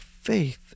faith